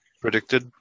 predicted